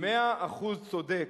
מאה אחוז צודק.